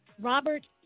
Robert